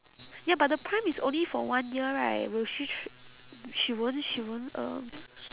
ya but the prime is only for one year right will she tr~ she won't she won't um